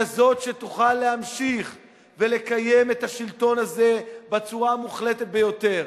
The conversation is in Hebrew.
כזאת שתוכל להמשיך ולקיים את השלטון הזה בצורה המוחלטת ביותר.